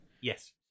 Yes